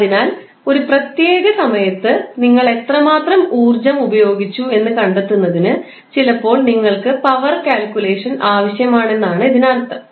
അതിനാൽ ഒരു പ്രത്യേക ഈ സമയത്ത് നിങ്ങൾ എത്രമാത്രം ഊർജ്ജം ഉപയോഗിച്ചു എന്നു കണ്ടെത്തുന്നതിന് ചിലപ്പോൾ നിങ്ങൾക്ക് പവർ കാൽക്കുലേഷൻ ആവശ്യമാണെന്നാണ് ഇതിനർത്ഥം